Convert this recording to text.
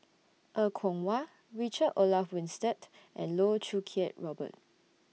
Er Kwong Wah Richard Olaf Winstedt and Loh Choo Kiat Robert